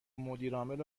مدیرعامل